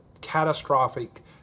catastrophic